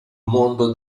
mondo